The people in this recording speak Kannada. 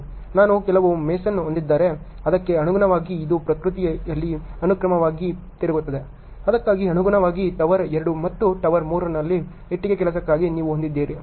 ನಾನು ಕೆಲವು ಮೇಸನ್ ಹೊಂದಿದ್ದರೆ ಅದಕ್ಕೆ ಅನುಗುಣವಾಗಿ ಇದು ಪ್ರಕೃತಿಯಲ್ಲಿ ಅನುಕ್ರಮವಾಗಿ ತಿರುಗುತ್ತದೆ ಅದಕ್ಕೆ ಅನುಗುಣವಾಗಿ ಟವರ್ 2 ಮತ್ತು ಟವರ್ 3 ನಲ್ಲಿ ಇಟ್ಟಿಗೆ ಕೆಲಸಕ್ಕಾಗಿ ನೀವು ಹೊಂದಿದ್ದೀರಿ